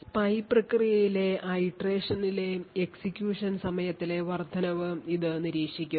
Spy പ്രക്രിയയിലെ iteration ലെ execution സമയത്തിലെ വർദ്ധനവ് ഇത് നിരീക്ഷിക്കും